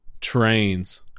trains